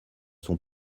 sont